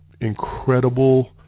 Incredible